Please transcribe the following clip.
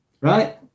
Right